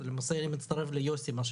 אני מצטרף לדבריו של יוסי.